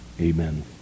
Amen